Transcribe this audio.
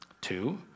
Two